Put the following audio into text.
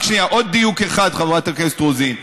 רק שנייה, עוד דיוק אחד, חברת הכנסת רוזין.